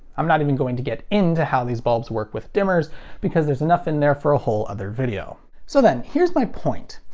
i'm not even going to get into how these bulbs work with dimmers because there's enough in there for a whole other video. so then, here's my point.